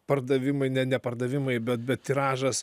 pardavimai ne ne pardavimai bet bet tiražas